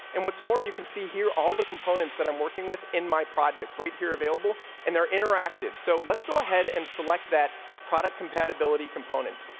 and what's more, you can see here all the components that i'm working with in my project right here available and their interactive. so let's go ahead and select that product compatibility component.